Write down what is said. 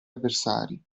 avversari